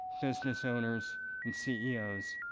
business owners and ceos,